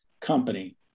company